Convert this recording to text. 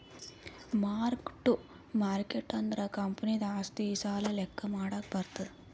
mark ಟ್ಟು market ಅಂದುರ್ ಕಂಪನಿದು ಆಸ್ತಿ, ಸಾಲ ಲೆಕ್ಕಾ ಮಾಡಾಗ್ ಬರ್ತುದ್